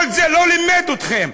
כל זה לא לימד אתכם.